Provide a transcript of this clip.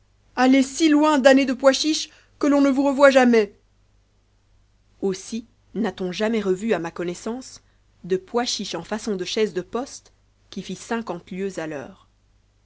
allez si loin damné de pois chiche que l'on ne vous revoie jamais aussi n'a-t-on jamais revu à ma connaissance de pois chiche en façon de chaise de poste qui mt cinquante lieues à l'heure